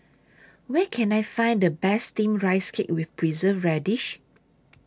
Where Can I Find The Best Steamed Rice Cake with Preserved Radish